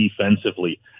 defensively